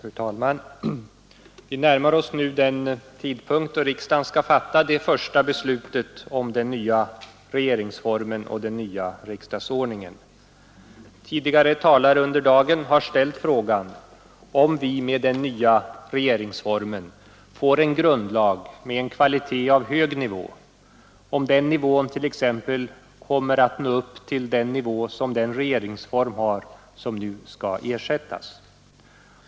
Fru talman! Vi närmar oss nu den tidpunkt då riksdagen skall fatta det första beslutet om den nya regeringsformen och den nya riksdagsordningen. Tidigare talare under dagen har ställt frågan om vi med den nya regeringsformen får en grundlag med en kvalitet av hög nivå, om den nivån t.ex. kommer att nå upp till den nivå som den regeringsform har som nu skall ersättas.